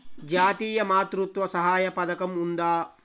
జాతీయ మాతృత్వ సహాయ పథకం ఉందా?